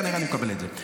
כנראה, אני מקבל את זה.